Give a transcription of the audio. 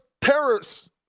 terrorists